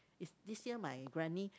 is this year my granny